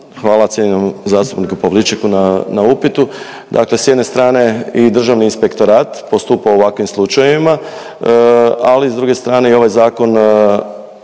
Hvala cijenjenom zastupniku Pavličeku na, na upitu. Dakle s jedne strane i Državni inspektorat postupa u ovakvim slučajevima, ali s druge strane i ovaj Zakon